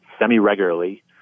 semi-regularly